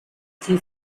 key